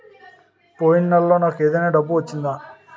పోయిన నెలలో నాకు ఏదైనా డబ్బు వచ్చిందా?